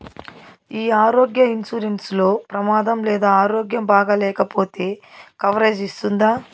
ఈ ఆరోగ్య ఇన్సూరెన్సు లో ప్రమాదం లేదా ఆరోగ్యం బాగాలేకపొతే కవరేజ్ ఇస్తుందా?